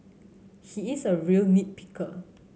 he is a real nit picker